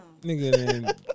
Nigga